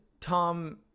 Tom